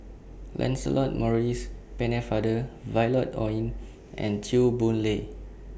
Lancelot Maurice Pennefather Violet Oon and Chew Boon Lay